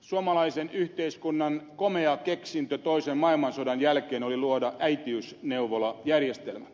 suomalaisen yhteiskunnan komea keksintö toisen maailmansodan jälkeen oli luoda äitiysneuvolajärjestelmä